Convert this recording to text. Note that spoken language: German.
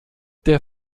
der